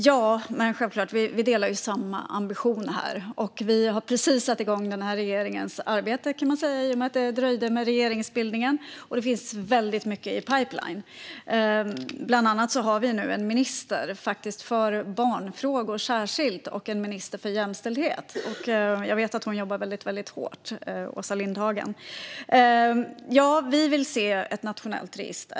Herr talman! Jag och Johan Hultberg har självklart samma ambition här. Den här regeringens arbete har precis satt igång, i och med att regeringsbildningen dröjde. Det är väldigt mycket som ligger i pipeline. Nu har vi bland annat en minister som ansvarar särskilt för barnfrågor och en minister för jämställdhet. Jag vet att Åsa Lindhagen jobbar väldigt hårt. Vi vill se ett nationellt register.